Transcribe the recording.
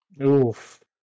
Oof